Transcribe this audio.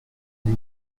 dit